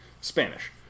Spanish